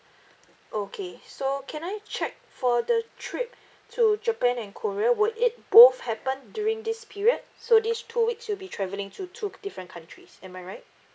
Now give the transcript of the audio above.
okay so can I check for the trip to japan and korea would it both happen during this period so these two weeks you'll be travelling to two different countries am I right